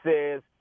says